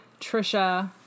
Trisha